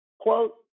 Quote